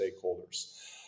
stakeholders